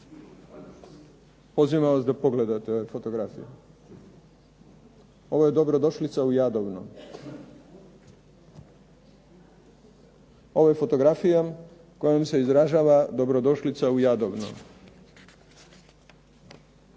pozivam vas da pogledate ove fotografije. Ovo je dobrodošlica u Jadovno. Ovo je fotografija kojom se izražava dobrodošlica u Jadovno.